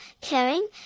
caring